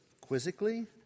quizzically